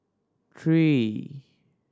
three